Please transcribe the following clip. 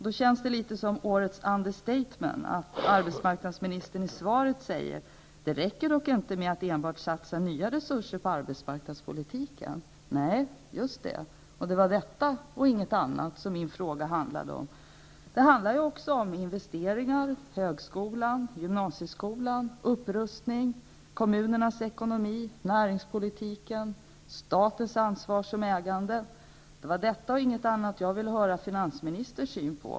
Det känns litet som årets understatement att arbetsmarknadsministern i svaret säger: ''Det räcker dock inte med att enbart satsa nya resurser på arbetsmarknadspolitiken.'' Nej, just det. Det var detta och ingenting annat som min fråga handlade om. Det handlar också om investeringar, högskolan, gymnasieskolan, upprustning, kommunernas ekonomi, näringspolitiken och statens ansvar som ägare. Det var detta och ingenting annat jag ville höra finansministerns syn på.